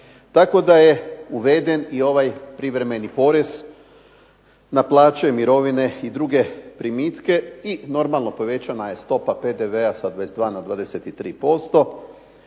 Tako da je uveden i ovaj privremeni porez na plaće, mirovine i druge primitke i normalno povećana je stopa PDV-a sa 22 na 23%